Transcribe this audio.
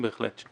בהחלט.